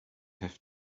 have